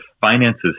finances